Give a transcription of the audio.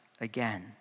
again